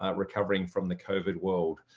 ah recovering from the covid woe.